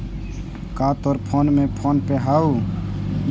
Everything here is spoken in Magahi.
का तोर फोन में फोन पे हउ?